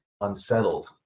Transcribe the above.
unsettled